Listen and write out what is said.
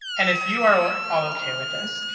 and if you are all ok with this,